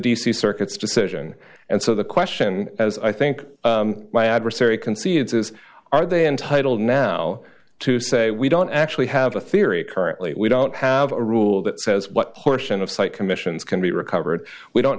c circuits decision and so the question as i think my adversary concedes is are they entitled now to say we don't actually have a theory currently we don't have a rule that says what portion of site commissions can be recovered we don't